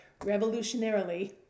revolutionarily